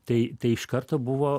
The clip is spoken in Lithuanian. tai tai iš karto buvo